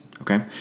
Okay